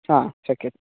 हा शक्यते